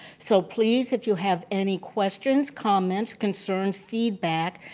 so, please, if you have any questions, comments, concerns, feedback,